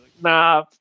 Nah